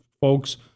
folks